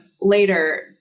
later